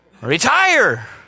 Retire